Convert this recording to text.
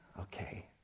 Okay